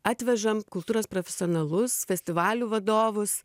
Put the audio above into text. atvežam kultūros profesionalus festivalių vadovus